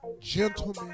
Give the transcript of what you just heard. gentlemen